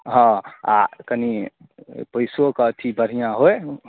हँ आ कनि पैसोके अथि बढ़िआँ होइ